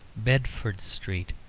bedford street,